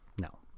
no